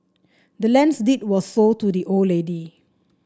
the land's deed was sold to the old lady